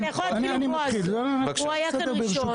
כן אתה יכול להתחיל עם בועז, הוא היה כאן ראשון.